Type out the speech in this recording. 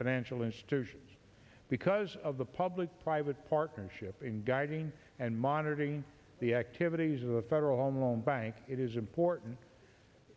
financial institutions because of the public private partnership in guiding and monitoring the activities of the federal home loan bank it is important